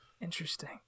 Interesting